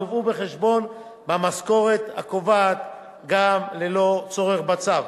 יובאו בחשבון במשכורת הקובעת גם ללא צורך בצו.